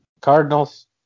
Cardinals